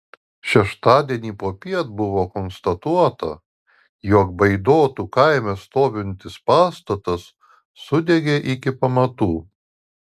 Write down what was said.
šeštadienį popiet buvo konstatuota jog baidotų kaime stovintis pastatas sudegė iki pamatų